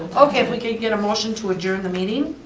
okay, if we could get a motion to adjourn the meeting.